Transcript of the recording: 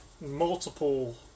multiple